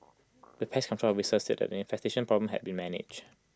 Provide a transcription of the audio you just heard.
the pest control officer said that the infestation problem have been managed